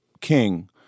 king